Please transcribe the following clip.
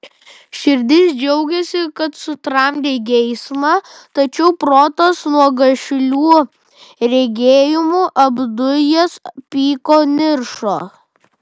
širdis džiaugėsi kad sutramdei geismą tačiau protas nuo gašlių regėjimų apdujęs pyko niršo